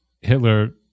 hitler